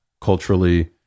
culturally